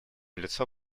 лицо